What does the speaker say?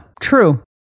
true